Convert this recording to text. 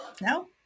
no